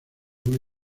una